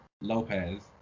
Lopez